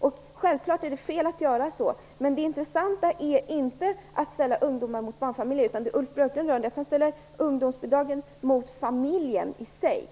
Det är självfallet fel att göra så. Men det intressanta är inte att ställa ungdomar mot barnfamiljer. Det Ulf Björklund gör är att han ställer ungdomsbostadsbidragen mot kärnfamiljen i sig